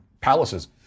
palaces